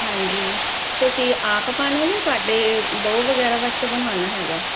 ਹਾਂਜੀ ਤੁਸੀਂ ਆਪ ਪਾਣੀ ਨਾ ਸਾਡੀ ਬਹੁ ਵਗੈਰਾ ਵਾਸਤੇ ਬਣਾਉਣਾ ਹੈਗਾ